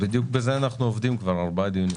בדיוק על זה אנחנו עובדים כבר ארבעה דיונים.